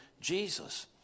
Jesus